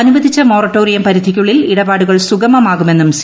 അനുവദിച്ച മൊറട്ടോറിയം പരിധിക്കുള്ളിൽ ഇടപാടുകൾ സ്കൂൾമ്മാ്കുമെന്നും സി